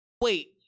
Wait